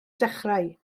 dechrau